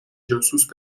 جاسوس